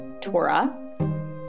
Torah